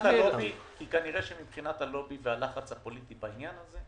כנראה שמבחינת הלובי והלחץ הפוליטי בעניין הזה,